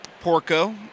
Porco